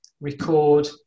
record